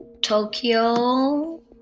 Tokyo